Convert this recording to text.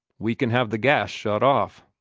we can have the gas shut off,